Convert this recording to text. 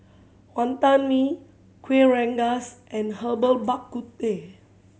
Wantan Mee Kuih Rengas and Herbal Bak Ku Teh